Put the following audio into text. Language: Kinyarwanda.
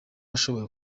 ashobora